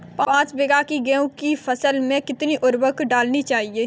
पाँच बीघा की गेहूँ की फसल में कितनी उर्वरक डालनी चाहिए?